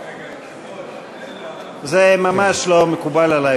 רגע, היושב-ראש, זה ממש לא מקובל עלי.